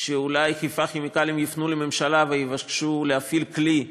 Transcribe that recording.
שאולי חיפה כימיקלים יפנו לממשלה ויבקשו להפעיל כלי עלינו,